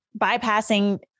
Bypassing